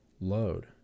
load